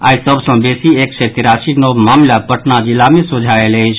आई सभ सँ बेसी एक सय तिरासी नव मामिला पटना जिला मे सोझा आयल अछि